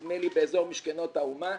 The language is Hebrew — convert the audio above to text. נדמה לי שבאזור משכנות האומה,